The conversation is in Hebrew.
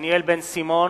דניאל בן-סימון,